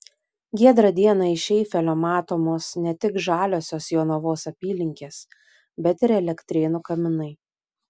giedrą dieną iš eifelio matomos ne tik žaliosios jonavos apylinkės bet ir elektrėnų kaminai